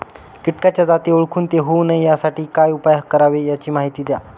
किटकाच्या जाती ओळखून ते होऊ नये यासाठी काय उपाय करावे याची माहिती द्या